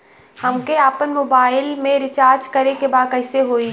हमके आपन मोबाइल मे रिचार्ज करे के बा कैसे होई?